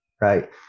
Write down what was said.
right